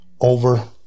over